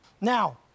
Now